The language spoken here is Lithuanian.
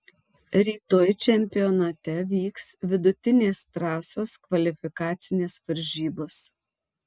rytoj čempionate vyks vidutinės trasos kvalifikacinės varžybos